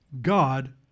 God